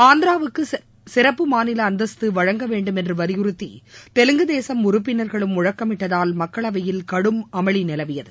ஆந்திராவுக்கு சிறப்பு மாநில அந்தஸ்த்து வழங்க வேண்டும் என்று வலியுறுத்தி தெலுங்கு தேச உறுப்பினர்களும் முழக்கமிட்டதால் மக்களவையில் கடும் அமளி நிலவியது